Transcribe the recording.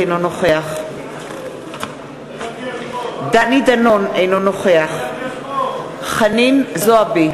אינו נוכח דני דנון, אינו נוכח חנין זועבי,